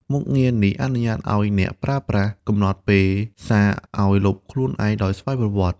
មុខងារនេះអនុញ្ញាតឲ្យអ្នកប្រើប្រាស់ កំណត់ពេលសារឲ្យលុបខ្លួនឯងដោយស្វ័យប្រវត្តិ។